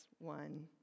one